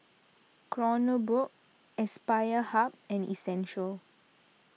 Kronenbourg Aspire Hub and Essential